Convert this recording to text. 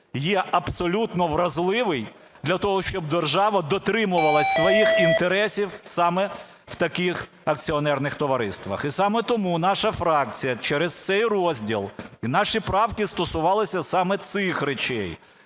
є абсолютно вразливий для того, щоб держава дотримувалась своїх інтересів саме в таких акціонерних товариствах. І саме тому наша фракція через цей розділ і наші правки стосувалися саме цих речей,